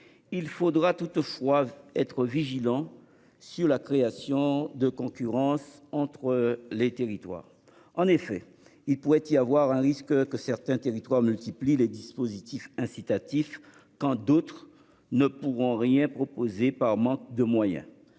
faudra toutefois être vigilants sur les phénomènes de concurrence entre territoires, car il pourrait y avoir un risque que certains d'entre eux multiplient les dispositifs incitatifs, quand d'autres ne pourront rien proposer par manque de moyens.